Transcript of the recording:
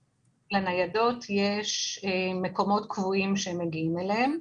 לניידות יש מקומות קבועים שהן מגיעות אליהם.